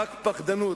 רק פחדנות,